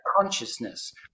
consciousness